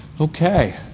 Okay